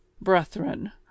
brethren